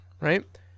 Right